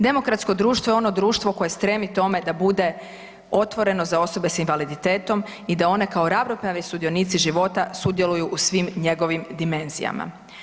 Demokratsko društvo je ono društvo koje stremi tome da bude otvoreno za osobe s invaliditetom i da one kao ravnopravni sudionici života sudjeluju u svim njegovim dimenzijama.